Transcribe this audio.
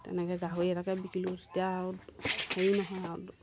তেনেকৈ গাহৰি এটাকে বিকিলোঁ তেতিয়া আৰু হেৰি নহয় আৰু